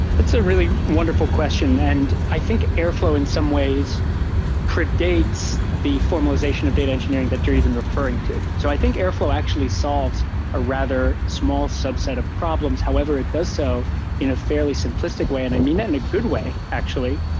that's a really wonderful question, and i think airflow in some ways predates the formalization of data engineering that you're even referring to. so i think airflow actually solves a rather small subset of problems however it does so in a fairly simplistic way. and i mean that in a good way actually,